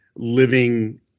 living